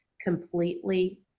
completely